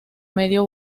medio